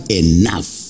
enough